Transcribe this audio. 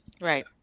Right